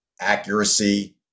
accuracy